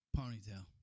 ponytail